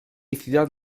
ciudad